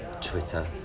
Twitter